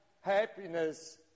happiness